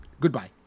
goodbye